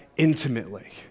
intimately